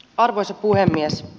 arvoisa puhemies